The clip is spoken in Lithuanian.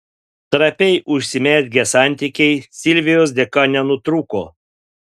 trapiai užsimezgę santykiai silvijos dėka nenutrūko